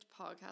podcast